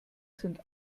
sind